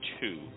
two